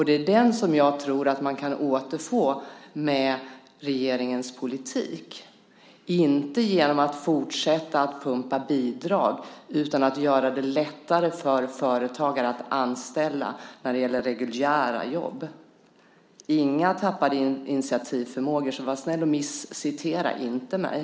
Det är den som jag tror att man kan återfå med regeringens politik, inte genom att fortsätta att pumpa in bidrag utan att göra det lättare för företagare att anställa i reguljära jobb. Jag har inte pratat om några tappade initiativförmågor, så var snäll och felcitera mig inte.